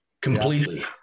Completely